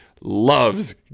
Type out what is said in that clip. loves